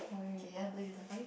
okay you want to play this one